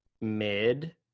mid